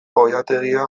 oilategia